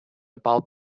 about